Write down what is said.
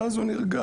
ואז הוא נרגע.